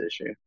issue